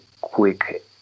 quick